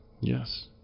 Yes